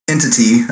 entity